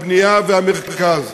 הבנייה והמרכז.